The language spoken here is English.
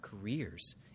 careers